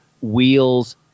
Wheels